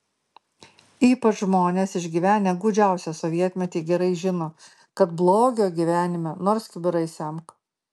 ypač žmonės išgyvenę gūdžiausią sovietmetį gerai žino kad blogio gyvenime nors kibirais semk